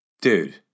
Dude